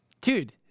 Dude